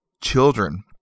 children